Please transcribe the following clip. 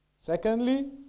secondly